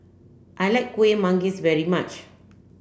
I like Kuih Manggis very much